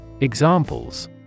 Examples